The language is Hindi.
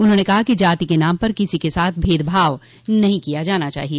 उन्होंने कहा कि जाति के नाम पर किसी के साथ भेदभाव नहीं किया जाना चाहिए